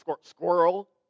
squirrel